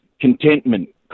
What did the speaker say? contentment